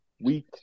Week